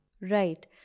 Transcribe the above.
Right